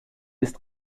ist